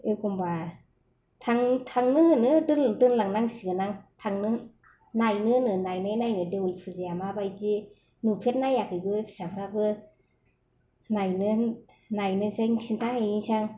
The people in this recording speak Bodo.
एखनबा थांनो हानो दोनलांनांसिगोन आं थांनो नायनोनो नायनो नागिरदों देवोल फुजाया माबायदि नुफेरनायाखैबो फिसाफ्राबो नायनोसै खोनथा हैनोसै आं